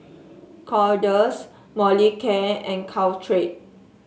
Kordel's Molicare and Caltrate